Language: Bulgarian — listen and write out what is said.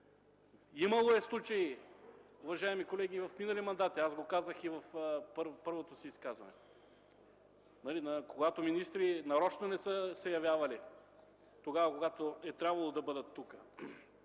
Имало е случаи, уважаеми колеги, в минали мандати, аз го казах в първото си изказване, когато министри нарочно не са се явявали, тогава, когато е трябвало да бъдат тук.